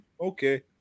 Okay